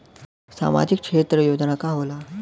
सामाजिक क्षेत्र योजना का होला?